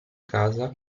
casa